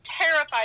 terrified